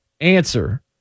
answer